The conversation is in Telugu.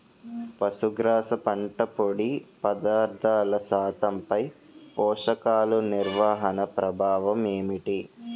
పశుగ్రాస పంట పొడి పదార్థాల శాతంపై పోషకాలు నిర్వహణ ప్రభావం ఏమిటి?